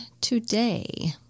today